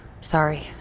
Sorry